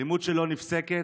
האלימות שלא נפסקת